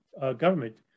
government